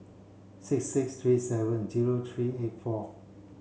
six six three seven zero three eight four